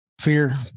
fear